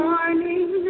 Morning